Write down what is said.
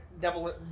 devil